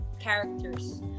characters